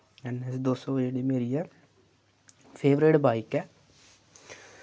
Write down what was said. N S दो सौ जेह्ड़ी मेरी ऐ फेवरेट बाइक ऐ